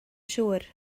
siŵr